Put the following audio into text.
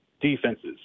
defenses